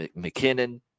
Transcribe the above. McKinnon